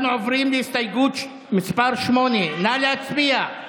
אנחנו עוברים להסתייגות מס' 8. נא להצביע.